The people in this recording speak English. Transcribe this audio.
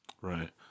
Right